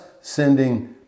sending